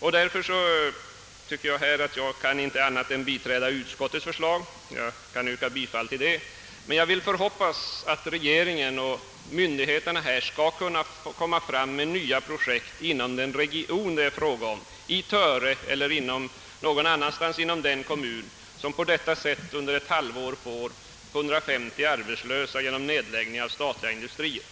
Jag anser mig ändå inte kunna göra annat än biträda utskottets förslag, och jag yrkar bifall till detta. Jag hoppas att regeringen och veder börande myndigheter skall kunna hitta nya projekt inom den region det är fråga om, d.v.s. i Töre eller annorstädes i den kommun som på detta sätt inom ett halvår får 150 arbetslösa genom nedläggning av statliga industrier.